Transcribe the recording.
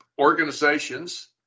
organizations